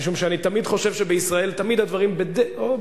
כי אני תמיד חושב שבישראל הדברים בדרך